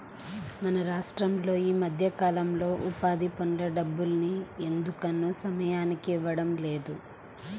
మన రాష్టంలో ఈ మధ్యకాలంలో ఉపాధి పనుల డబ్బుల్ని ఎందుకనో సమయానికి ఇవ్వడం లేదు